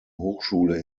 hochschule